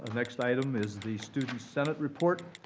next item is the student senate report.